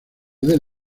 del